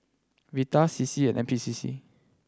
Vital C C and N P C C